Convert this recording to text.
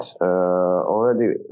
already